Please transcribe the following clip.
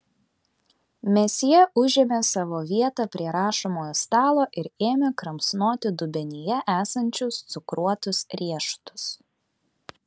mesjė užėmė savo vietą prie rašomojo stalo ir ėmė kramsnoti dubenyje esančius cukruotus riešutus